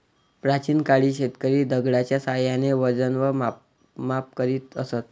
प्राचीन काळी शेतकरी दगडाच्या साहाय्याने वजन व माप करीत असत